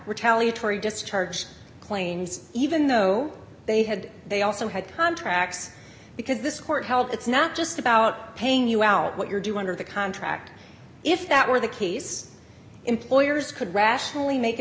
retaliatory discharge claims even though they had they also had contracts because this court held it's not just about paying you out what your do under the contract if that were the case employers could rationally make a